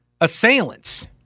assailants